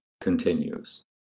continues